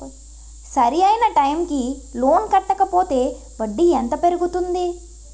సరి అయినా టైం కి లోన్ కట్టకపోతే వడ్డీ ఎంత పెరుగుతుంది?